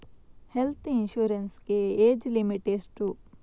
Health insurance ಗೆ age limit ಎಷ್ಟು?